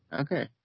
Okay